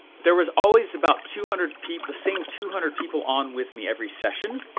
there was always about two hundred people, the same two hundred people on with me every session,